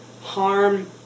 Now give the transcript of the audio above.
harm